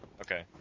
Okay